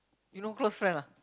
you no close friend ah